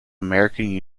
american